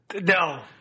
No